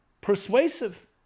Persuasive